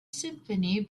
symphony